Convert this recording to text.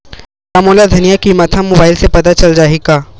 का मोला धनिया किमत ह मुबाइल से पता चल जाही का?